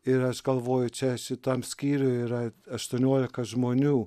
ir aš galvoju čia šitam skyriuj yra aštuoniolika žmonių